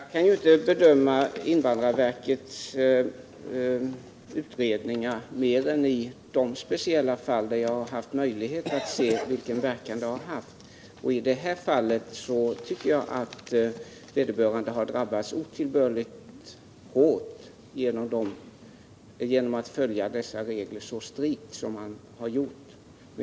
Herr talman! Jag kan inte bedöma invandrarverkets utredningar mer än i de speciella fall där jag har haft möjlighet att se vilken verkan de har haft, och i det här fallet tycker jag att vederbörande har drabbats otillbörligt hårt genom att man har följt reglerna så strikt som man har gjort.